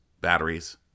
batteries